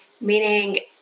meaning